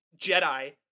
Jedi